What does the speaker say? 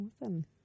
Awesome